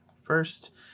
first